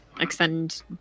extend